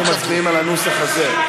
אנחנו מצביעים על הנוסח הזה.